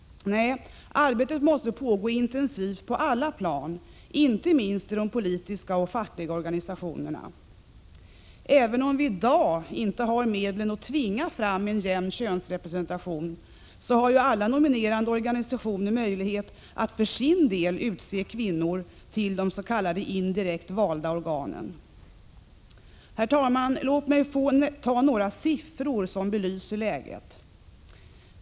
Nej, arbetet måste pågå intensivt på alla plan, inte minst i de politiska och fackliga organisationerna. Även om vi i dag inte har medlen att tvinga fram en jämn könsrepresentation, har ju alla nominerande organisationer möjlighet att för sin del utse kvinnor till de s.k. indirekt valda organen. Herr talman! Låt mig nämna några siffror som belyser läget.